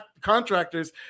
contractors